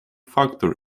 factor